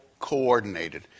coordinated